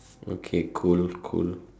okay cool cool